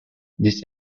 this